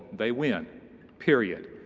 they win period.